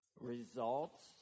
results